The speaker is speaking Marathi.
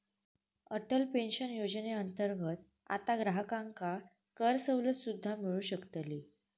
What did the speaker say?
अटल पेन्शन योजनेअंतर्गत आता ग्राहकांका करसवलत सुद्दा मिळू शकतली